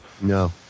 No